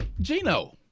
Gino